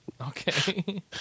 Okay